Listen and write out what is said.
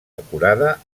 acurada